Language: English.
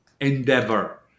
endeavor